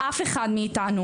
אף אחד מאיתנו.